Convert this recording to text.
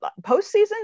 postseason